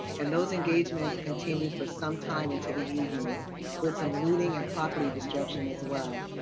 and those engagements continued for some time into the evening with some looting and property destruction as well.